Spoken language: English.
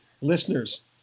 Listeners